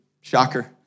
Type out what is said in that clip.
shocker